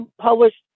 published